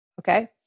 Okay